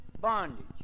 bondage